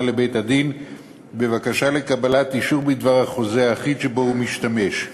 לבית-הדין בבקשה לקבלת אישור בדבר החוזה האחיד שבו הוא משתמש,